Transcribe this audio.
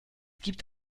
gibt